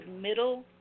middle